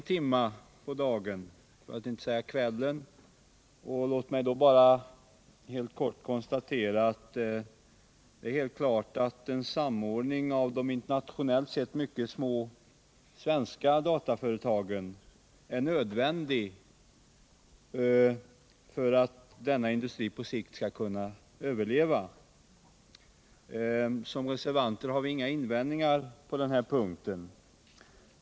Timmen är ju sen, och låt mig bara kort konstatera att det är helt klart att en samordning av de internationellt sett mycket små svenska dataföretagen är nödvändig för att denna industri på sikt skall kunna överleva. Som reservanter har vi inga invändningar på denna punkt.